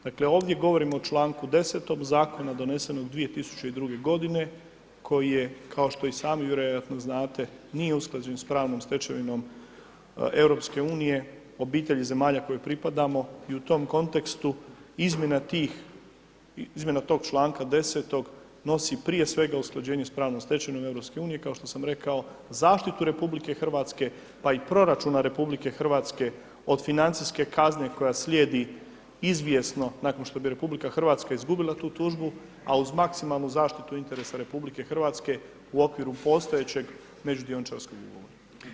Dakle, ovdje govorimo o čl. 10. zakona donesenog 2002. g. koji je kao što i sami vjerojatno znate nije usklađen s pravnom stečevinom EU, obitelji zemalja kojoj pripadamo i u tom kontekstu izmjena tog čl. 10. nosi prije svega usklađenje s pravnom stečevinom EU, kao što sam rekao, zaštitu RH, pa i proračuna RH od financijske kazne koja slijedi izvjesno nakon što bi RH izgubila tu tužbu, a uz maksimalnu zaštitu interesa RH u okviru postojećeg među dioničarskog ugovora.